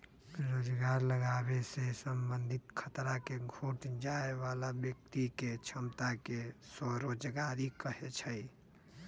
रोजगार लागाबे से संबंधित खतरा के घोट जाय बला व्यक्ति के क्षमता के स्वरोजगारी कहै छइ